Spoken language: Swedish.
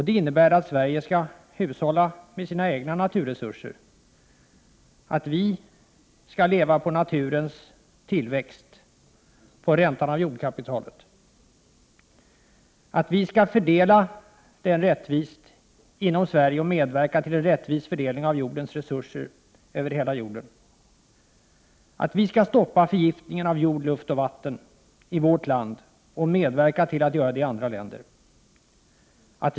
Det innebär att Sverige skall hushålla med sina egna naturresurser. Vi skall leva på naturens tillväxt, på räntan av jordkapitalet. Vi skall fördela jordens resurser rättvist inom Sverige och medverka till en rättvis fördelning över hela världen. Vi skall stoppa förgiftningen av jord, luft och vatten i vårt land och medverka till att göra det i andra länder.